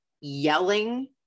yelling